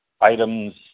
items